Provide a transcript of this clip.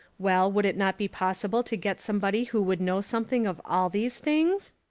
well, would it not be possible to get somebody who would know something of all these things?